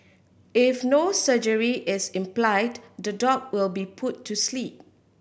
if no surgery is implied the dog will be put to sleep